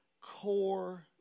core